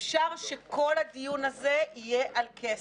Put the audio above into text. אפשר שכל הדיון הזה יהיה על כסף,